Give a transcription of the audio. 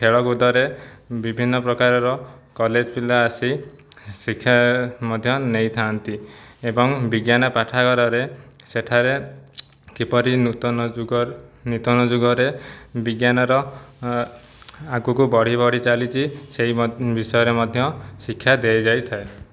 ଖେଳ କୁଦରେ ବିଭିନ୍ନ ପ୍ରକାରର କଲେଜ ପିଲା ଆସି ଶିକ୍ଷା ମଧ୍ୟ ନେଇଥାନ୍ତି ଏବଂ ବିଜ୍ଞାନ ପାଠାଗାରରେ ସେଠାରେ କିପରି ନୂତନ ଯୁଗ ନୂତନ ଯୁଗରେ ବିଜ୍ଞାନର ଆଗକୁ ବଢ଼ିବ ବଢ଼ି ଚାଲିଛି ସେହି ବିଷୟରେ ମଧ୍ୟ ଶିକ୍ଷା ଦିଆଯାଇଥାଏ